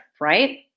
right